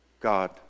God